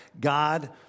God